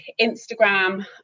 Instagram